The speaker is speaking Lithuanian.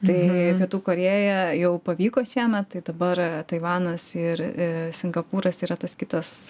tai pietų korėja jau pavyko šiemet tai dabar taivanas ir singapūras yra tas kitas